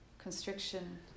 constriction